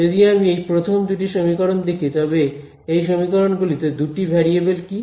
যদি আমি এই প্রথম দুটি সমীকরণ দেখি তবে এই সমীকরণগুলিতে দুটি ভেরিয়েবল কী